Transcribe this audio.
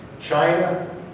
China